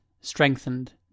strengthened